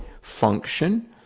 function